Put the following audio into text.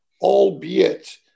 albeit